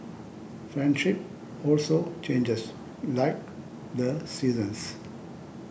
friendship also changes like the seasons